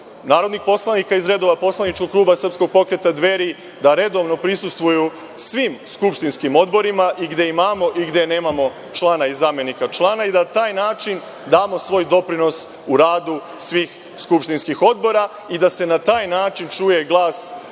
narodnih poslanika iz redova poslaničkog kluba Srpskog pokreta Dveri da redovno prisustvuju svim skupštinskim odborima, i gde imamo, i gde nemamo člana i zamenika člana i da na taj način damo svoj doprinos u radu svih skupštinskih odbora i da se na taj način čuje